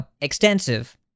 extensive